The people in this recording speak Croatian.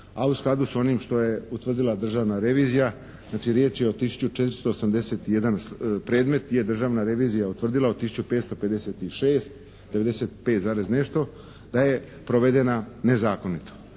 a u skladu s onim što je utvrdila Državna revizija. Znači, riječ je o tisuću 481 predmet gdje je Državna revizija utvrdila od tisuću 556 devedeset pet i nešto da je provedena nezakonito.